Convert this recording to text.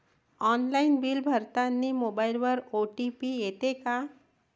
Online bill भरतानी मोबाईलवर OTP येते का?